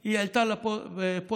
היא העלתה פוסט,